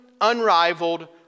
unrivaled